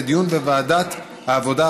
לדיון בוועדת העבודה,